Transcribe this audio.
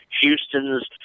Houston's